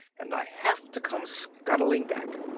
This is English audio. and i have to come scuttling back.